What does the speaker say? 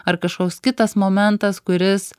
ar kažkoks kitas momentas kuris